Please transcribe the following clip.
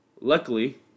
Luckily